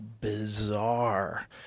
bizarre